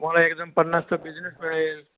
तुम्हाला एकदम पन्नासचा बिजनेस मिळेल